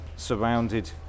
surrounded